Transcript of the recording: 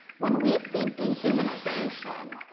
when we see dehumanization,